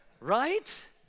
Right